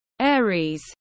Aries